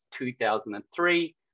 2003